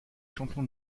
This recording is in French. champion